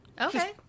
Okay